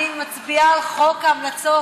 אני מצביעה על חוק ההמלצות.